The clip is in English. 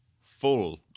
full